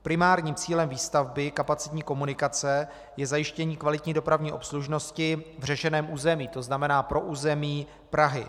Primárním cílem výstavby kapacitní komunikace je zajištění kvalitní dopravní obslužnosti v řešeném území, to znamená pro území Prahy.